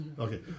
okay